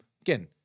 Again